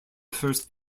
first